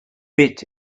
bit